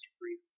freedom